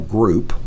Group